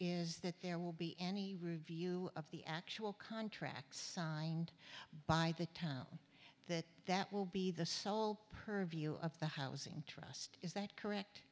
is that there will be any review of the actual contract signed by the town that that will be the sole purview of the housing trust is that correct